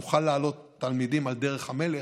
נוכל להעלות תלמידים על דרך המלך,